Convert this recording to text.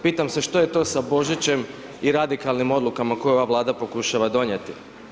Pitam se što je to sa Božićem i radikalnim odlukama koje ove Vlada pokušava donijeti.